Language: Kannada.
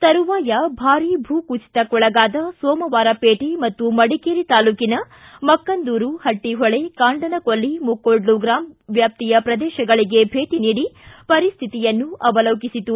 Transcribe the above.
ತರುವಾಯ ಭಾರಿ ಭೂಕುಸಿತಕ್ಕೊಳಗಾದ ಸೋಮವಾರಪೇಟೆ ಮತ್ತು ಮಡಿಕೇರಿ ತಾಲೂಕನ ಮಕ್ಕಂದೂರು ಹಟ್ಟಹೊಳೆ ಕಾಂಡನಕೊಲ್ಲಿ ಮುಕ್ಕೋಡ್ಲು ಗ್ರಾಮ ವ್ಯಾಪ್ತಿಯ ಪ್ರದೇಶಗಳಿಗೆ ಭೇಟ ನೀಡಿ ಪರಿಸ್ಹಿತಿಯನ್ನು ಅವರೋಕಿಸಿತು